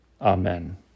Amen